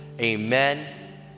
Amen